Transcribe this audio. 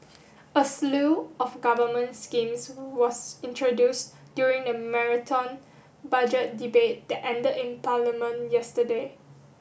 a slew of government schemes was introduced during the marathon Budget Debate that ended in Parliament yesterday